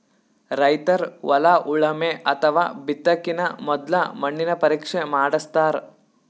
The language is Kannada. ರೈತರ್ ಹೊಲ ಉಳಮೆ ಅಥವಾ ಬಿತ್ತಕಿನ ಮೊದ್ಲ ಮಣ್ಣಿನ ಪರೀಕ್ಷೆ ಮಾಡಸ್ತಾರ್